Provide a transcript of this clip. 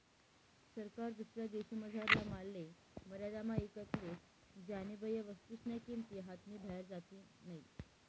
सरकार दुसरा देशमझारला मालले मर्यादामा ईकत लेस ज्यानीबये वस्तूस्न्या किंमती हातनी बाहेर जातीस नैत